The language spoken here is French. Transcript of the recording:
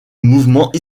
mouvement